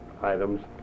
items